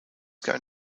going